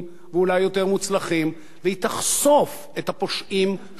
והיא תחשוף את הפושעים שביצעו את פשע השנאה הזה.